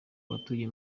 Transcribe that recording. batuye